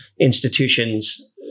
institutions